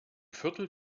viertel